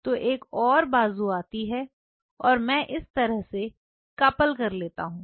तो एक और बाजू आती है और मैं इस तरह से कपल कर लेता हूं